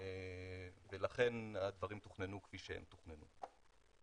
ולכן הדברים תוכננו כפי שתוכננו.